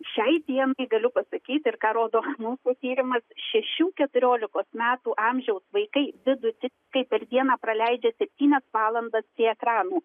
šiai dienai galiu pasakyti ir ką rodo mūsų tyrimas šešių keturiolikos metų amžiaus vaikai vidutiniškai per dieną praleidžia septynias valandas prie ekranų